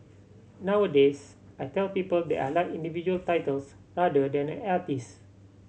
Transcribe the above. nowadays I tell people that I like individual titles rather than an artist